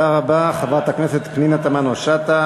תודה רבה, חברת הכנסת פנינה תמנו-שטה.